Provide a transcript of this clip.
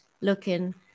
looking